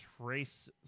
Trace